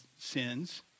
sins